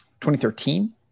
2013